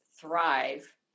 thrive